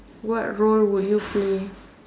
what role would you play